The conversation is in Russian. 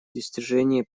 достижении